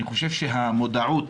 המודעות